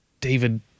David